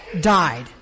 died